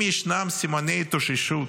אם ישנם סימני התאוששות